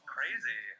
Crazy